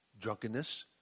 drunkenness